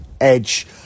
edge